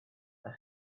that